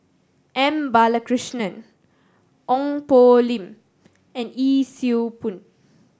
M Balakrishnan Ong Poh Lim and Yee Siew Pun